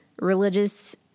religious